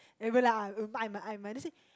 everybody like uh um I'm I'm a then I say